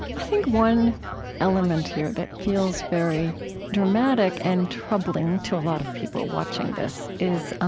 i think one element here that feels very dramatic and troubling to a lot of people watching this is